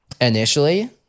initially